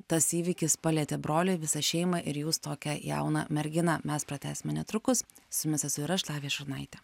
tas įvykis palietė brolį visą šeimą ir jūs tokią jauną merginą mes pratęsime netrukus su jumis esu ir aš lavija šurnaitė